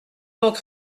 donc